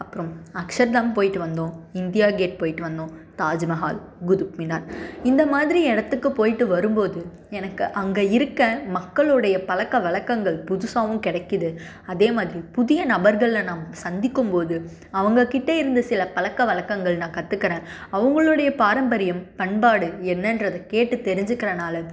அப்புறம் அக்ஷர்தம் போயிட்டு வந்தோம் இந்தியா கேட் போயிட்டு வந்தோம் தாஜ்மஹால் குதுப்மினார் இந்த மாதிரி இடத்துக்கு போயிட்டு வரும்போது எனக்கு அங்கே இருக்கற மக்களுடைய பழக்கவழங்கங்கள் புதுசாகவும் கிடைக்கிது அதே மாதிரி புதிய நபர்களை நம்ம சந்திக்கும்போது அவங்கக்கிட்ட இருந்து சில பழக்கவழக்கங்கள் நான் கற்றுக்கறேன் அவங்களுடைய பாரம்பரியம் பண்பாடு என்னென்றது கேட்டு தெரிஞ்சிக்குறனால்